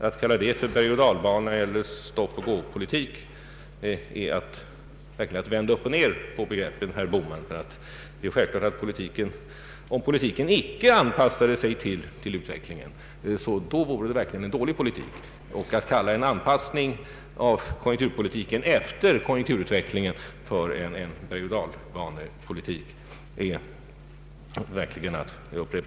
Att kalla det för bergoch dalbaneeller stoppoch gåpolitik är verkligen att vända upp och ner på begreppen, herr Bohman. Det är nämligen självklart att den ekonomiska politiken, om den icke anpassade sig till utvecklingen, verkligen vore en dålig politik. Jag vill upprepa att det är att vända upp och ner på begreppen om man kallar en anpassning av konjunkturpolitiken efter konjunkturutvecklingen för en bergoch dalbanepolitik.